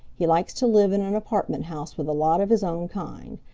he likes to live in an apartment house with a lot of his own kind.